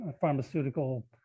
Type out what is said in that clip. pharmaceutical